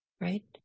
right